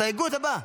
להסתייגות הבאה.